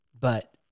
But-